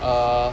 err